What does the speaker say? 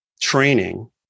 training